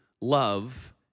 love